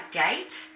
gate